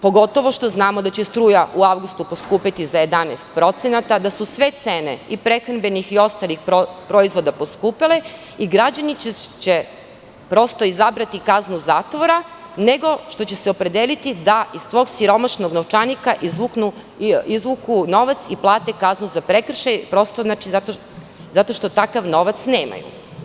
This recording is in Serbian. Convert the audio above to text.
Pogotovo što znamo da će struja u avgustu poskupeti za 11%, da su sve cene i prehrambenih i ostalih proizvoda poskupele, i građani će prosto izabrati kaznu zatvora, nego što će se opredeliti da iz svog siromašnog novčanika izvuku novac i plate kaznu za prekršaj, zato što takav novac nemaju.